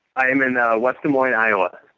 i am in west des moines, iowa.